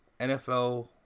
NFL